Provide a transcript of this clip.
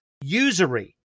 Usury